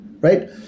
Right